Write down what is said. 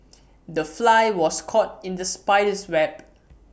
the fly was caught in the spider's web